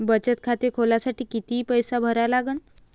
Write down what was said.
बचत खाते खोलासाठी किती पैसे भरा लागन?